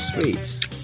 sweet